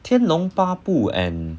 天龙八部 and